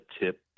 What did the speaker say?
tip